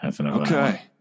Okay